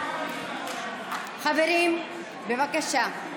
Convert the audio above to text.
חברים, בבקשה.